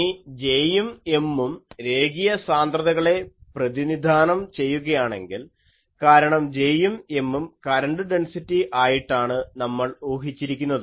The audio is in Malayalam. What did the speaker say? ഇനി J യും M ഉം രേഖീയ സാന്ദ്രതകളെ പ്രതിനിധാനം ചെയ്യുകയാണെങ്കിൽ കാരണം J യും M ഉം കരണ്ട് ഡെൻസിറ്റി ആയിട്ടാണ് നമ്മൾ ഊഹിച്ചിരിക്കുന്നത്